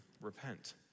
repent